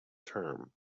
term